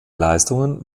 leistungen